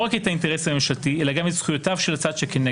רק את האינטרס "הממשלתי" אלא גם את זכויותיו של "הצד שכנגד".